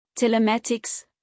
Telematics